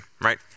right